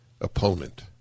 opponent